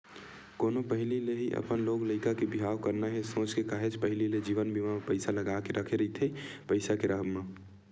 कोनो पहिली ले ही अपन लोग लइका के बिहाव करना हे सोच के काहेच पहिली ले जीवन बीमा म पइसा लगा के रखे रहिथे पइसा के राहब म